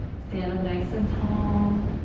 stand up nice and tall.